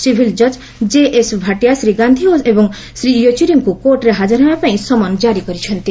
civil ଜଜ୍ JS Bhatia Shri Gandhi ଏବଂ ଶ୍ରୀ ୟେଚୁରୀଙ୍କୁ କୋର୍ଟରେ ହାଜର ହେବାପାଇଁ ସମନ୍ କାରି କରିଛନ୍ତି